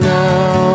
now